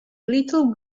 little